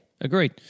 agreed